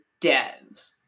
devs